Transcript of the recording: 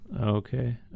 okay